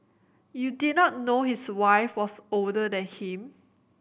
you did not know his wife was older than him